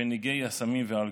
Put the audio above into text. בנגעי הסמים והאלכוהול.